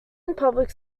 public